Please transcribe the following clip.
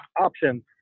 options